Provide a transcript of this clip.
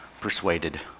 persuaded